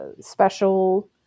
special